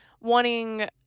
wanting